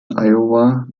iowa